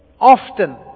often